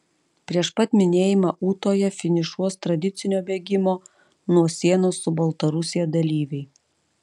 prieš pat minėjimą ūtoje finišuos tradicinio bėgimo nuo sienos su baltarusija dalyviai